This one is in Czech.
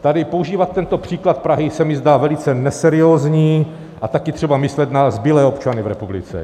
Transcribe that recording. Tady používat tento příklad Prahy se mi zdá velice neseriózní a také je třeba myslet na zbylé občany v republice.